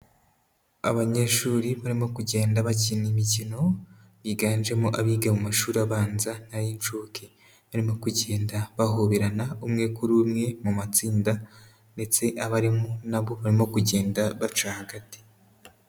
Abanyeshuri barimo kugenda bakina imikino, biganjemo abiga mu mashuri abanza n'ay'incuke. Barimo kugenda bahoberana umwe kuri umwe mu matsinda ndetse abarimu na bo barimo kugenda baca hagati.